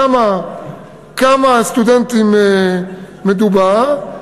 על כמה סטודנטים מדובר,